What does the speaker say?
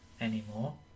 anymore